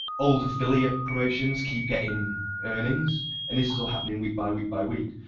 old affiliate promotions keep getting earnings and this is all happening week by week by week.